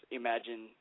imagine